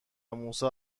موسی